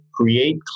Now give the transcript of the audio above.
create